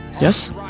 Yes